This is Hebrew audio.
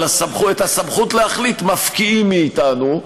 אבל את הסמכות להחליט מפקיעים מאתנו,